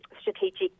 strategic